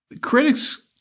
critics